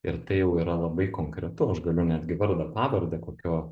ir tai jau yra labai konkretu aš galiu netgi vardą pavardę kokio